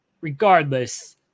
Regardless